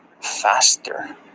faster